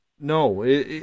No